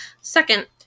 Second